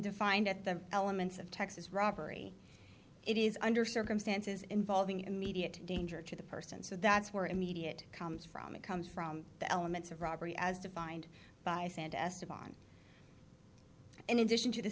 defined at the elements of texas robbery it is under circumstances involving immediate danger to the person so that's where immediate comes from it comes from the elements of robbery as defined by santa esteban in addition to the